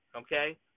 Okay